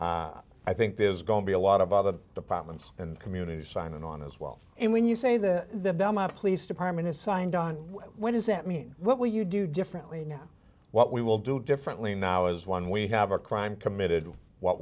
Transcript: bill i think there's going to be a lot of other departments and communities signing on as well and when you say that the police department is signed on what does that mean what will you do differently now what we will do differently now is when we have a crime committed what